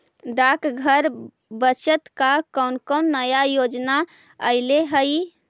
डाकघर बचत का कौन कौन नया योजना अइले हई